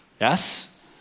Yes